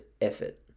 effort